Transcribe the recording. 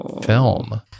film